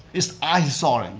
is eye-sore. and